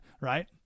right